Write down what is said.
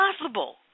Impossible